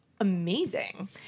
amazing